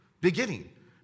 beginning